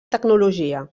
tecnologia